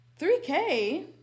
3K